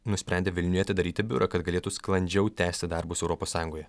nusprendė vilniuje atidaryti biurą kad galėtų sklandžiau tęsti darbus europos sąjungoje